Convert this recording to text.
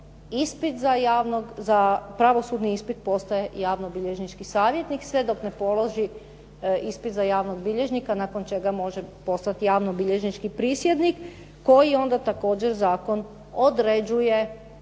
položio pravosudni ispit postaje javnobilježnički savjetnik sve dok ne položi ispit za javnog bilježnika nakon čega može postati javnobilježnički prisjednik, koji onda također zakon određuje